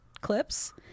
clips